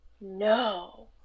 No